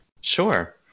Sure